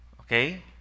Okay